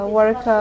work